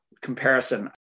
comparison